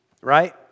Right